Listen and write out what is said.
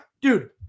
dude